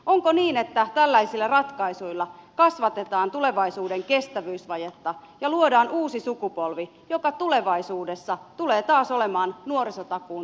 onko niin että tällaisilla ratkaisuilla kasvatetaan tulevaisuuden kestävyysvajetta ja luodaan uusi sukupolvi joka tulevaisuudessa tulee taas olemaan nuorisotakuun tarpeessa